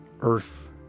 earth